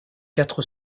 quatre